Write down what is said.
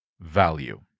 value